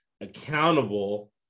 accountable